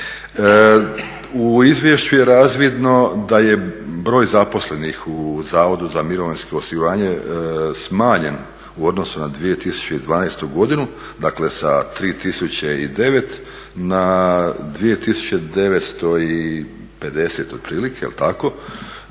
U izvješću je razvidno da je broj zaposlenih u Zavodu za mirovinsko osiguranje smanjen u odnosu na 2012.godinu, dakle sa 3009 na 2950 otprilike, što